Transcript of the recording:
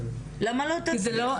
למה לא תצליחו?